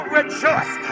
rejoice